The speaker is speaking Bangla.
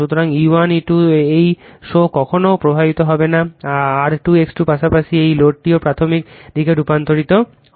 সুতরাং E1 E2 এই শো কখনও প্রভাবিত হবে না R2 X2 পাশাপাশি এই লোডটিও প্রাথমিক দিকে রূপান্তরিত হবে